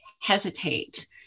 hesitate